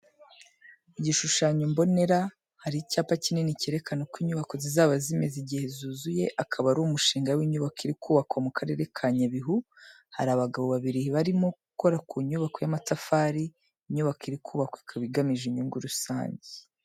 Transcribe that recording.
Igishushanyo mbonera hari icyapa kinini cyerekana uko inyubako zizaba zimeze igihe zuzuye akaba ari umushinga w’inyubako uri kubakwa mu karere ka Nyabihu har'abagabo babiri barimo gukora ku nyubako y’amatafari, Inyubako iri kubakwa ikaba igamije inyungu rusange.